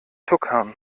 tuckern